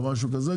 או משהו כזה,